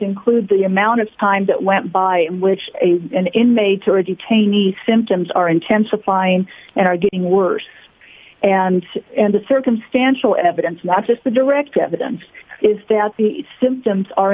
include the amount of time that went by which a inmate or a detainee symptoms are intensifying and are getting worse and and the circumstantial evidence not just the direct evidence is that the symptoms are